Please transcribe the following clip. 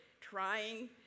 trying